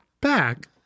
back